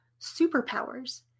superpowers